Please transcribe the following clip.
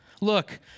Look